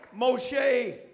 Moshe